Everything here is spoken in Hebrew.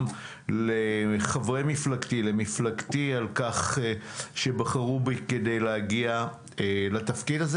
לחברי מפלגתי על כך שבחרו בי לתפקיד הזה.